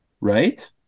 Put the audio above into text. right